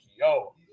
yo